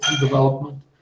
development